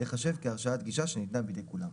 תחשב כהרשאת גישה שניתנה בידי כולם".